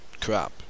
crap